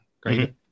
Great